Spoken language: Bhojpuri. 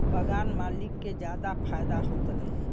बगान मालिक के जादा फायदा होत रहे